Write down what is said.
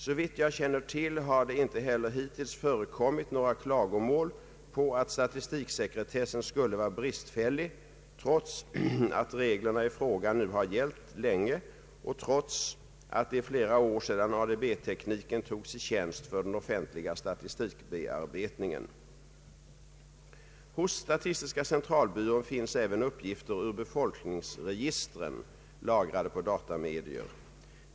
Såvitt jag känner till har det inte heller hittills förekommit några klagomål på att statistiksekretessen skulle vara bristfällig, trots att reglerna i fråga nu har gällt länge och trots att det är flera år sedan ADB-tekniken togs i tjänst för den offentliga statistikbearbetningen. Hos statistiska centralbyrån finns även uppgifter ur befolkningsregistren lagrade på datamedier.